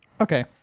Okay